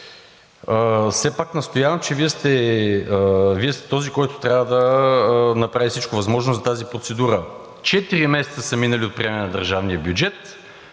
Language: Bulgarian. Все пак настоявам, че Вие сте този, който трябва да направи всичко възможно за тази процедура. Четири месеца са минали от приемане на държавния бюджет.